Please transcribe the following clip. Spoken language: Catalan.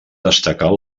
destacar